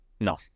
no